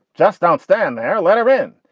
just don't stand there. let her in.